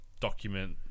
document